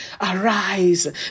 Arise